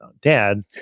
Dad